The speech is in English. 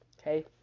Okay